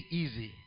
easy